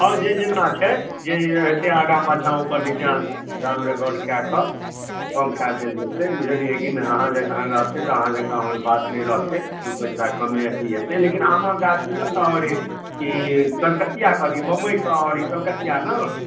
आओर जे जेना छै जे होयतै आगा पीछा ऊपर नीचाँ दाम रिकॉर्ड कए कऽ कम कए देल जेतै बुझलियै कि नहि अहाँ जका रहतै तऽ अहाँ जका ओहन बात नहि रहतै दू पैसा कमे अथी होयतै लेकिन आमक गाछ कि कलकतिया कहलियै बम्बइ आओर ई कलकतिया ने